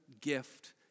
gift